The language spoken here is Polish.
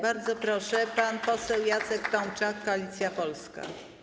Bardzo proszę, pan poseł Jacek Tomczak, Koalicja Polska.